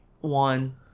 one